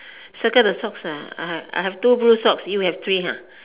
circle the socks ah I have two blue socks you have three ha